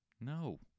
no